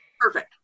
perfect